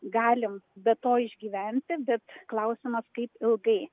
galim be to išgyventi bet klausimas kaip ilgai